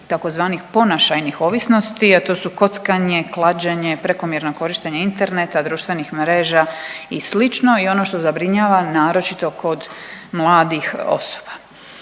tzv. ponašajnih ovisnosti, a to su kockanje, klađenje, prekomjerno korištenje interneta, društvenih mreža i slično i ono što zabrinjava naročito kod mladih osoba.